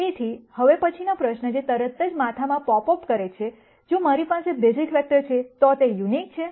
તેથી હવે પછીનો પ્રશ્ન જે તરત જ માથામાં પૉપ અપ કરે છે જો મારી પાસે બેસીસ વેક્ટર છે તો તે યુનિક છે